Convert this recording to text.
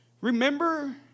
remember